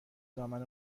دامن